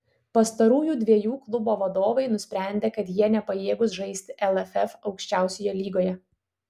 pastarųjų dviejų klubo vadovai nusprendė kad jie nepajėgūs žaisti lff aukščiausioje lygoje